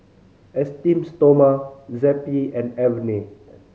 Esteem Stoma Zappy and Avene